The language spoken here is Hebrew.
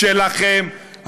שלכם,